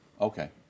Okay